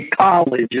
college